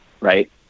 right